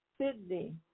Sydney